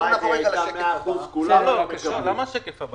הלוואי והיא הייתה 100%, כולם היו מקבלים.